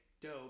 dope